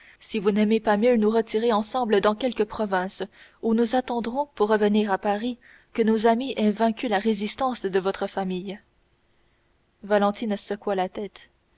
si vous n'aimez pas mieux nous retirer ensemble dans quelque province où nous attendrons pour revenir à paris que nos amis aient vaincu la résistance de votre famille valentine secoua la tête